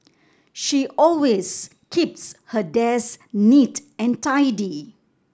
she always keeps her desk neat and tidy